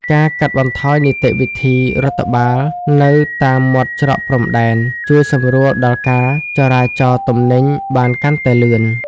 ការកាត់បន្ថយនីតិវិធីរដ្ឋបាលនៅតាមមាត់ច្រកព្រំដែន ជួយសម្រួលដល់ការចរាចរទំនិញបានកាន់តែលឿន។